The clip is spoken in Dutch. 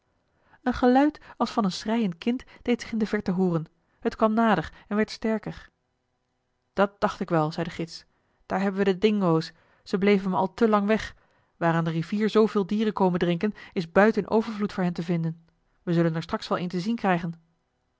een geluid als van een schreiend kind deed zich in de verte hooren t kwam nader en werd sterker dat dacht ik wel zei de gids daar hebben we de dingo's ze bleven me al te lang weg waar aan de rivier zooveel dieren komen drinken is buit in overvloed voor hen te vinden we zullen er straks wel een te zien krijgen